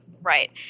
Right